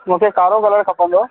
मूंखे कारो कलर खपंदो